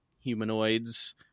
humanoids